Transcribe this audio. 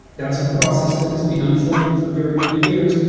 that's a process that's been unfoling for very many years,